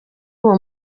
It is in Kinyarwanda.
uwo